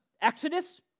Exodus